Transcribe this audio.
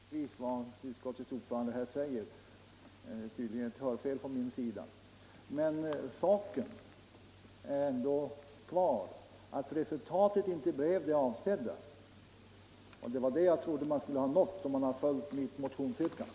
Herr talman! Jag noterar givetvis vad utskottets ordförande här säger; det var tydligen ett hörfel från min sida. Men det sakförhållandet står ändå kvar, att resultatet inte blev det avsedda. Och det var det resultatet jag trodde att man skulle ha nått om man följt mitt motionsyrkande.